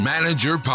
Manager